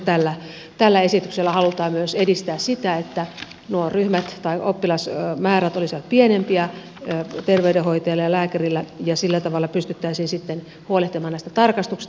nyt tällä esityksellä halutaan myös edistää sitä että nuo ryhmät tai oppilasmäärät olisivat pienempiä terveydenhoitajalla ja lääkärillä ja sillä tavalla pystyttäisiin sitten huolehtimaan näistä tarkastuksista